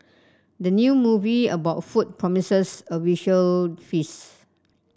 the new movie about food promises a visual feast